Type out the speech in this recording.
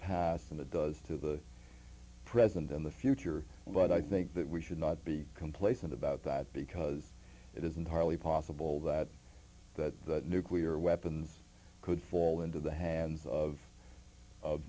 path and it does to the present and the future but i think that we should not be complacent about that because it is entirely possible that that nuclear weapons could fall into the hands of of